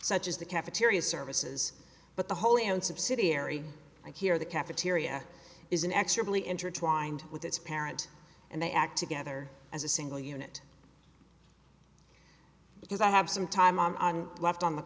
such as the cafeteria services but the wholly owned subsidiary i hear the cafeteria is an extremely intertwined with its parent and they act together as a single unit because i have some time on left on the